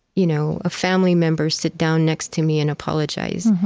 you know a family member sit down next to me and apologize.